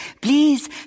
Please